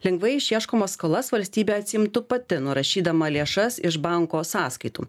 lengvai išieškomas skolas valstybė atsiimtų pati nurašydama lėšas iš banko sąskaitų